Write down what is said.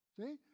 See